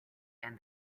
and